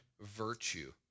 virtue